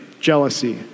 jealousy